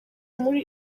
muri